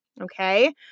Okay